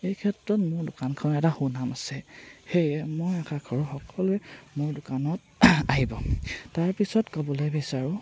এই ক্ষেত্ৰত মোৰ দোকানখন এটা সুনাম আছে সেয়ে মই আশা কৰো সকলোৱে মোৰ দোকানত আহিব তাৰপিছত ক'বলৈ বিচাৰোঁ